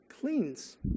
cleans